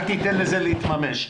אל תיתן לזה להתממש.